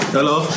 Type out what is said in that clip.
Hello